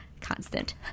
constant